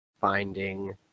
finding